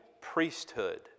priesthood